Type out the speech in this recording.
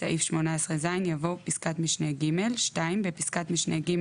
"סעיף 18(ז)" יבוא "פסקת משנה (ג)"; בפסקת משנה (ג),